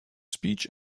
speech